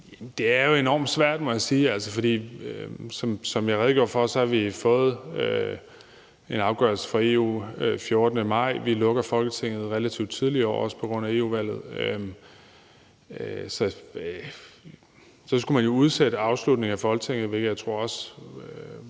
Det er jo enormt svært, må jeg sige, for som jeg redegjorde for, har vi fået en afgørelse fra EU den 14. maj. Vi lukker Folketinget relativt tidligt i år, også på grund af EU-valget. Så skulle man jo udsætte afslutningen af Folketinget, hvilket jeg også